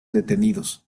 detenidos